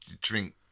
drink